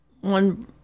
one